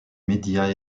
médias